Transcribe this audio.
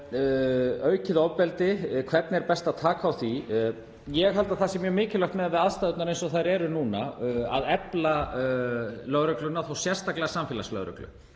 Aukið ofbeldi, hvernig er best að taka á því? Ég held að það sé mjög mikilvægt, miðað við aðstæðurnar eins og þær eru núna, að efla lögregluna og þá sérstaklega samfélagslögreglu.